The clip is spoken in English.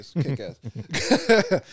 Kick-Ass